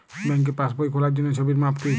ব্যাঙ্কে পাসবই খোলার জন্য ছবির মাপ কী?